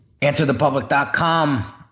answerthepublic.com